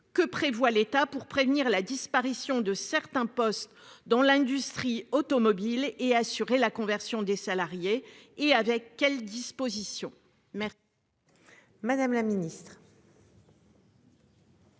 Que prévoit l'État pour prévenir la disparition de certains postes dans l'industrie automobile et assurer la conversion des salariés et avec quelles dispositions. Merci. Madame la Ministre.